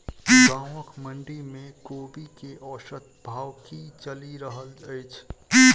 गाँवक मंडी मे कोबी केँ औसत भाव की चलि रहल अछि?